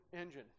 engine